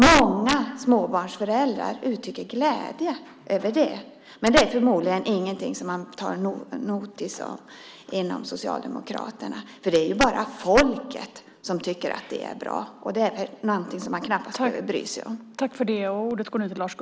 Många småbarnsföräldrar uttrycker glädje över det. Men det är förmodligen ingenting som man tar notis om inom Socialdemokraterna, för det är ju bara folket som tycker att det är bra. Det är väl någonting som man knappast behöver bry sig om.